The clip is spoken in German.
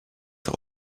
auch